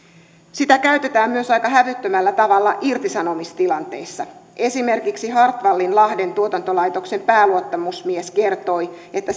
sitä käytetään myös aika hävyttömällä tavalla irtisanomistilanteissa esimerkiksi hart wallin lahden tuotantolaitoksen pääluottamusmies kertoi että